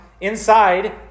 inside